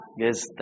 Yes